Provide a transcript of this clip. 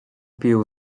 pił